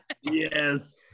Yes